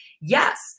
Yes